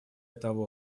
того